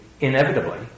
inevitably